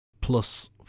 Plus